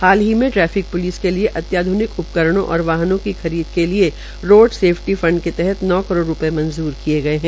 हाल ही traffic police के लिये अत्याध्निक उपकरणों और वाहनों की खरीद के लिए रोड सेफटी फंड के तहत नौ करोड़ रूपये मंजूर किये गये है